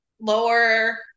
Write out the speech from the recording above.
lower